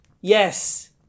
Yes